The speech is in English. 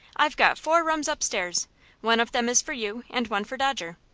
i've got four rooms upstairs one of them is for you, and one for dodger.